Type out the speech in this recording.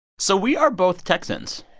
so we are both texans